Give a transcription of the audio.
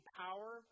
power